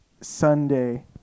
Sunday